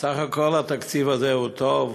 סך הכול התקציב הזה הוא טוב.